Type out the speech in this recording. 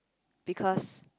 because